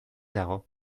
dago